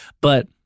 but-